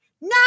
No